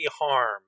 harm